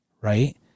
Right